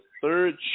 third